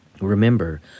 Remember